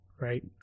Right